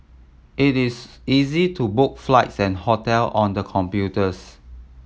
it is easy to book flights and hotel on the computers